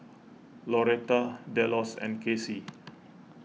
Loretta Delos and Kacey